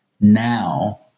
now